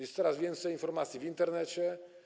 Jest coraz więcej informacji w Internecie.